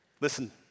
listen